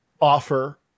offer